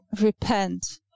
repent